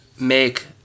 make